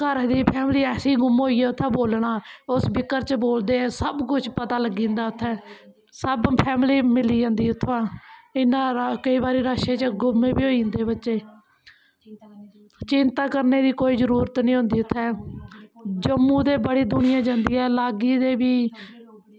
घरै दी फैमली असी गुम होई जा उत्थै बोलना ओह् स्पीकर च बोलदे ऐं सब कुछ पता लग्गी जंदा ऐ उत्थें सब फैमली मिली जंदी ऐ उत्थुआं इ'यां केईं बारी रश च गुम बी होई जंदे बच्चे चिंता करने दी कोई जरूरत निं होंदी उत्थें जम्मू ते बड़ी दुनिया जंदी ऐ लाग्गे दे बी